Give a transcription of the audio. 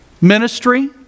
Ministry